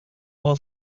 all